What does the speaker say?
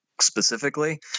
specifically